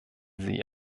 sie